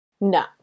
No